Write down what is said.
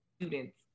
students